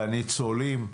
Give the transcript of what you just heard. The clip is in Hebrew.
לניצולים,